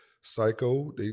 psycho